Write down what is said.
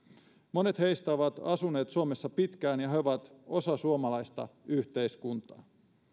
monet heistä ovat asuneet suomessa pitkään ja he ovat osa suomalaista yhteiskuntaa